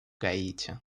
гаити